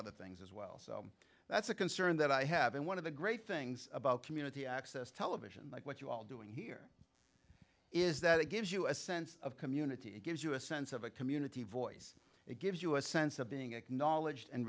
other things as well so that's a concern that i have and one of the great things about community access television like what you all doing here is that it gives you a sense of community it gives you a sense of a community voice it gives you a sense of being acknowledged and